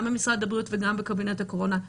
גם במשרד הבריאות וגם בקבינט הקורונה,